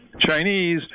Chinese